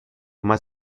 más